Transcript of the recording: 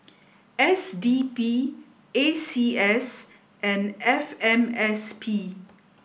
S D P A C S and F M S P